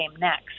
next